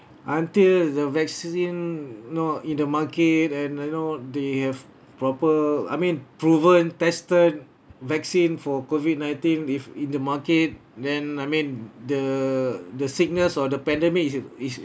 until the vaccine know in the market and like know they have proper I mean proven tested vaccine for COVID nineteen if in the market then I mean the the sickness or the pandemic is is